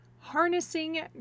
harnessing